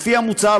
לפי המוצע,